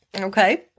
Okay